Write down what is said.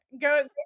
Go